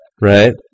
right